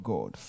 God